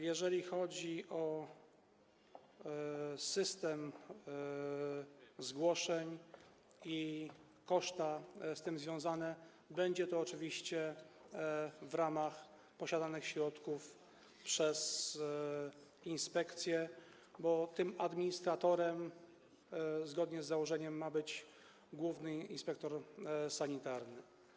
Jeżeli chodzi o system zgłoszeń i koszty z tym związane, będzie to oczywiście w ramach środków posiadanych przez inspekcję, bo tym administratorem, zgodnie z założeniem, ma być główny inspektor sanitarny.